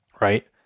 right